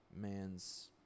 man's